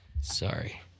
Sorry